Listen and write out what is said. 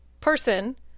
person